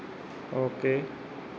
okay